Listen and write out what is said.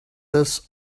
this